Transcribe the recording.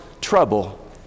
trouble